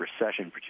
recession